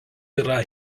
yra